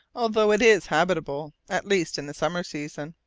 although it is habitable, at least in the summer season.